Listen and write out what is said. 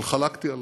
אבל חלקתי עליו.